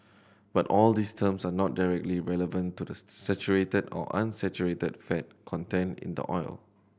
but all these terms are not directly relevant to the saturated or unsaturated fat content in the oil